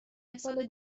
مثال